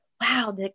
wow